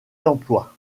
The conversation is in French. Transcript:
d’emploi